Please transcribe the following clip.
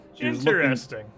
Interesting